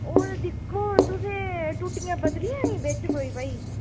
ओह् ते दिक्खो तुसें टूटियां बदलियां इं'दे चा कोई भाई